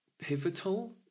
pivotal